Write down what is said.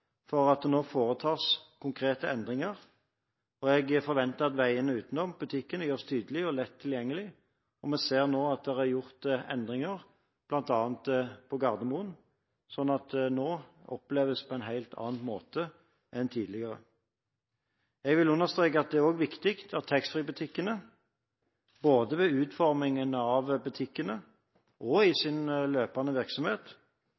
for at det nå foretas konkrete endringer, og jeg forventer at veiene utenom butikkene gjøres tydelige og lett tilgjengelige. Og vi ser nå at det er gjort endringer bl.a. på Gardermoen, sånn at nå oppleves det på en helt annen måte enn tidligere. Jeg vil understreke at det også er viktig at taxfree-butikkene, både ved utformingen av butikkene og i sin løpende virksomhet,